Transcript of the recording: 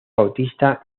bautista